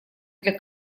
для